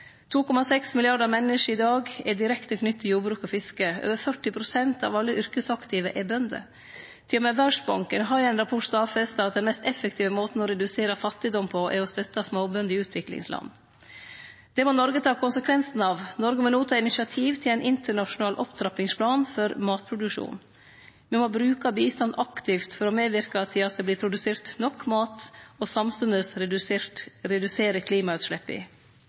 2,6 milliardar menneske er i dag direkte knytte til jordbruk og fiske. Over 40 pst. av alle yrkesaktive er bønder. Til og med Verdsbanken har i ein rapport stadfesta at den mest effektive måten å redusere fattigdom på er å støtte småbønder i utviklingsland. Det må Noreg ta konsekvensen av. Noreg må no ta initiativ til ein internasjonal opptrappingsplan for matproduksjon. Me må bruke bistand aktivt for å medverke til at det vert produsert nok mat, og samstundes redusere